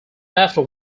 after